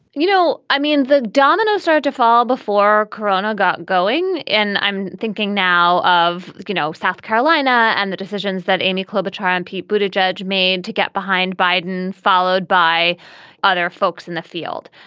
you know, i mean, the dominoes start to fall before carano got going and i'm thinking now of, you know, south carolina and the decisions that amy klobuchar and people to judge made to get behind biden, followed by other folks in the field.